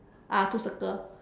ah two circle